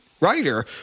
writer